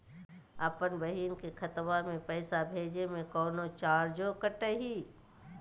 अपन बहिन के खतवा में पैसा भेजे में कौनो चार्जो कटतई?